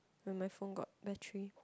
when my phone got battery